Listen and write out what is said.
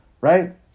right